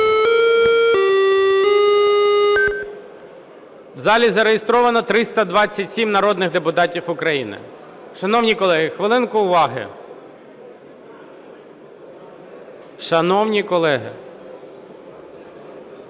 У залі зареєстровано 327 народних депутатів України. Шановні колеги, хвилинку уваги. Шановні колеги,